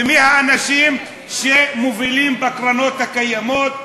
ומי האנשים שמובילים בקרנות הקיימות,